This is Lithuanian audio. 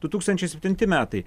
du tūkstančiai septinti metai